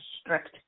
strict